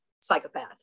psychopath